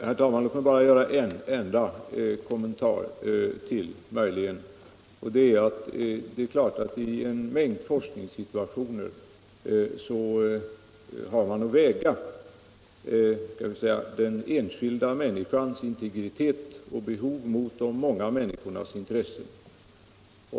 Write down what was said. Herr talman! Jag skall göra en enda kommentar ytterligare. Naturligtvis har man i en mängd forskningssituationer att väga den enskilda människans integritet och behov mot de många människornas intressen.